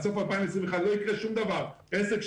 זה לא ייתכן שארבעה חודשים אתה לא יכול למשוך כסף ולצפות שהעסק ישרוד.